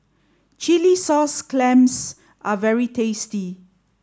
Chilli Sauce Clams are very tasty